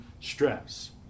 stress